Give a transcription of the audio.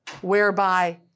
whereby